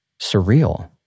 surreal